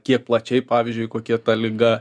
kiek plačiai pavyzdžiui kokia ta liga